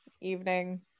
evening